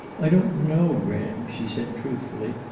i don't know, graham, she said truthfully.